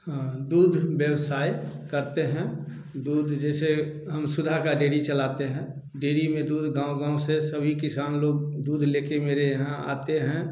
हाँ दूध व्यवसाय करते हैं दूध जैसे हम सुधा का डेरी चलाते हैं डेरी में दूध गाँव गाँव से सभी किसान लोग दूध लेके मेरे यहाँ आते हैं